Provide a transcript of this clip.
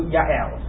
Yael